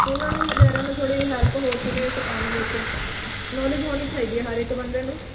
ਉਹਨਾਂ ਨੂੰ ਵਿਚਾਰਿਆਂ ਨੂੰ ਥੋੜ੍ਹੀ ਹੈਲਪ ਹੋ ਸਕੇ ਇਸ ਕੰਮ ਵਿੱਚ ਨੋਲੇਜ ਹੋਣੀ ਚਾਹੀਦੀ ਹੈ ਹਰ ਇੱਕ ਬੰਦੇ ਨੂੰ